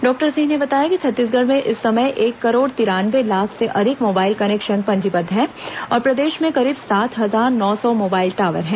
doctor Singh ने बताया कि छत्तीसगढ़ में इस समय एक करोड़ तिरानवे लाख से अधिक मोबाइल कनेक्शन पंजीबद्ध हैं और प्रदेश में करीब सात हजार नौ सौ मोबाइल टावर हैं